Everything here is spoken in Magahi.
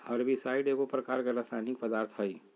हर्बिसाइड एगो प्रकार के रासायनिक पदार्थ हई